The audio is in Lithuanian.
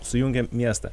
sujungia miestą